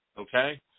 okay